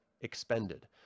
expended